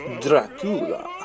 Dracula